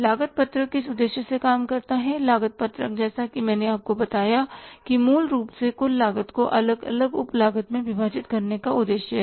लागत पत्रक किस उद्देश्य से काम करता है लागत पत्रक जैसा कि मैंने आपको बताया कि मूल रूप से कुल लागत को अलग अलग उप लागत में विभाजित करने का उद्देश्य है